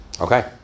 Okay